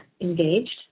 engaged